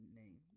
name